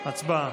לא נתקבלה.